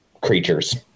creatures